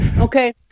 okay